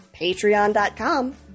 patreon.com